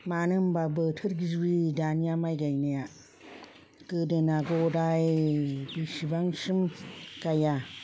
मानो होनबा बोथोर गिबि दानिया माइ गायनाया गोदोना गदाय बेसेबांसिम गाया